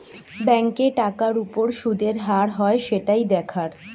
ব্যাংকে টাকার উপর শুদের হার হয় সেটাই দেখার